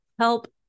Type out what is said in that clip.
help